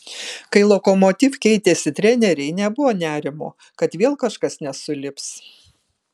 kai lokomotiv keitėsi treneriai nebuvo nerimo kad vėl kažkas nesulips